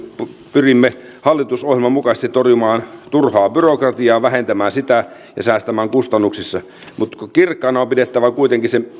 pyrimme hallitusohjelman mukaisesti torjumaan turhaa byrokratiaa vähentämään sitä ja säästämään kustannuksissa mutta kirkkaana on pidettävä kuitenkin se